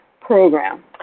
program